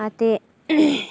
ते